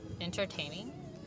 entertaining